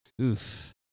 oof